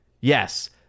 yes